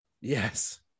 Yes